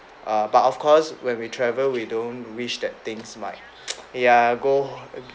err but of course when we travel we don't wish that things might ya go